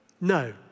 No